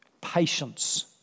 patience